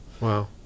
Wow